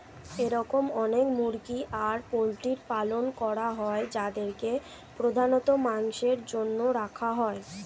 এরম অনেক মুরগি আর পোল্ট্রির পালন করা হয় যাদেরকে প্রধানত মাংসের জন্য রাখা হয়